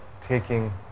taking